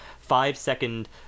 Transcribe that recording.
five-second